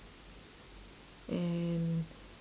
and